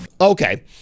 Okay